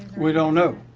we don't know.